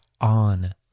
on